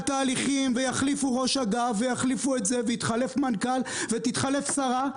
תהליכים ויחליפו ראש אגף ויתחלף מנכ"ל ותתחלף שרה,